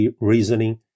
reasoning